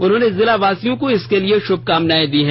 उन्होंने जिलावासियों को इसके लिए शभकामनाएं दी है